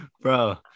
Bro